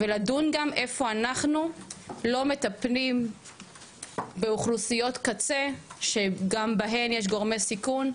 ולדון גם איפה אנחנו לא מטפלים באוכלוסיות קצה שגם בהן יש גורמי סיכון,